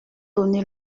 donné